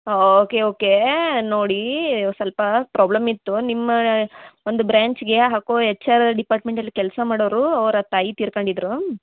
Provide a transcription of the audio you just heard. ಹಾಂ okay okay ನೋಡಿ ಸ್ವಲ್ಪ ಪ್ರಾಬ್ಲಮ್ ಇತ್ತು ನಿಮ್ಮ ಒಂದು ಬ್ರ್ಯಾಂಚ್ಗೆ ಹಾಕು ಎಚ್ ಆರ್ ಡಿಪಾರ್ಟ್ಮೆಂಟಲ್ಲಿ ಕೆಲಸ ಮಾಡವರು ಅವರ ತಾಯಿ ತಿರ್ಕಂಡಿದರೂ